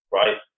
right